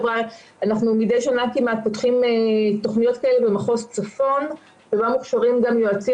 מדי שנה כמעט פותחים תוכניות כאלה במחוז צפון שבהן מוכשרים גם יועצים